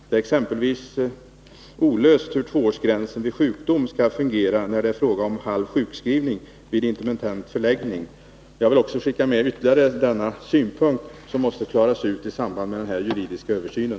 Det är exempelvis olöst hur tvåårsgränsen vid sjukdom skall fungera när det är fråga om halv sjukskrivning med intermittent förläggning. Jag vill skicka med även denna synpunkt. Detta måste klaras ut i samband med den juridiska översynen.